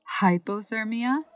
Hypothermia